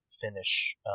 finish